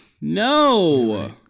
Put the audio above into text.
No